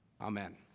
Amen